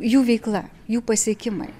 jų veikla jų pasiekimai